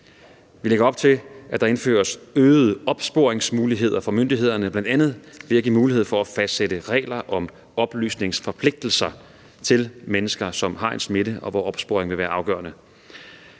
Vi lægger op til, at der indføres øgede opsporingsmuligheder for myndighederne, bl.a. ved at give mulighed for at fastsætte regler om oplysningsforpligtelser til mennesker, som er smittet, og hvor opsporing vil være afgørende.